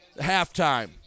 halftime